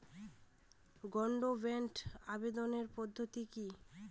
Gold বন্ডে আবেদনের পদ্ধতিটি কি?